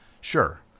sure